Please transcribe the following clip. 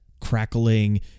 crackling